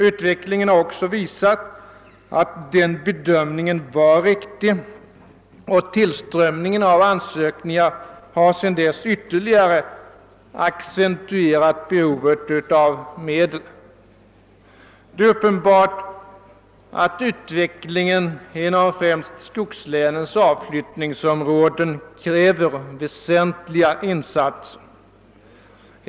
Utvecklingen har också visat att den bedömningen var riktig, och tillströmningen av ansökningar efteråt har ytterligare accentuerat behovet av medel. Det är uppenbart att utvecklingen inom främst skogslänens avflyttningsområden kräver väsentliga insatser.